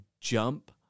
jump